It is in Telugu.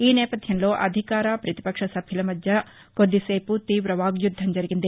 ఈ నేపధ్యంలో అధికార పతిపక్ష సభ్యుల మధ్య కొద్దిసేపు తీవ వాగ్యుద్ధం జరిగింది